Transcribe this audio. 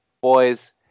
Boys